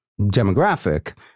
demographic